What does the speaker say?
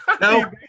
No